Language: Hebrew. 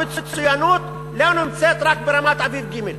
המצוינות לא נמצאת רק ברמת-אביב ג'.